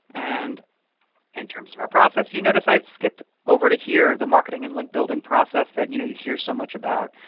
and in terms of our process, you notice i have skipped over to here, the marketing and link building process that you know you hear so much about.